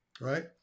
right